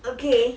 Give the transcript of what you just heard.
okay